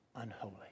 unholy